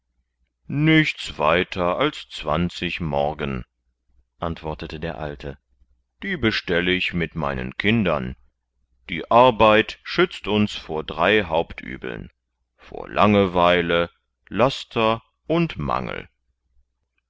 nichts weiter als zwanzig morgen antwortete der alte die bestelle ich mit meinen kindern die arbeit schützt uns vor drei hauptübeln vor langerweile laster und mangel